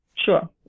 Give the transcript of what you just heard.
Sure